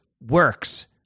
works